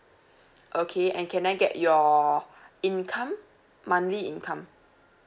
okay and can I get your income monthly income